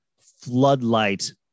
floodlight